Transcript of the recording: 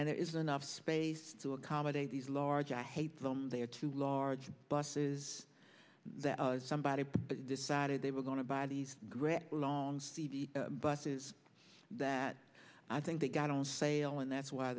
there isn't enough space to accommodate these large i hate them they are too large buses that somebody decided they were going to buy these great long speedy buses that i think they got on sale and that's why